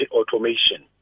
automation